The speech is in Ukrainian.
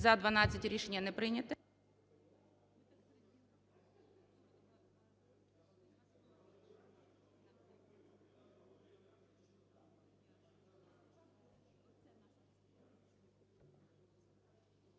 За-10 Рішення не прийнято.